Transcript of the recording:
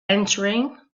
entering